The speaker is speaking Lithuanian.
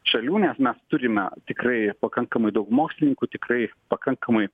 šalių nes mes turime tikrai pakankamai daug mokslininkų tikrai pakankamai